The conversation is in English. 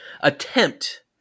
attempt